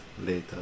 later